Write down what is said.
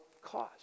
cause